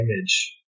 image